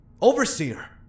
Overseer